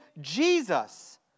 Jesus